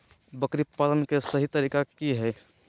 बकरी पालन के सही तरीका की हय?